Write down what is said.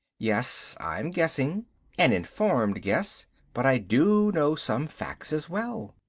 yes, i'm guessing an informed guess but i do know some facts as well.